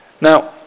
Now